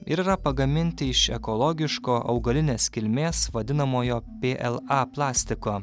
ir yra pagaminti iš ekologiško augalinės kilmės vadinamojo pla plastiko